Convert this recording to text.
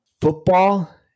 Football